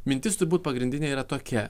mintis turbūt pagrindinė yra tokia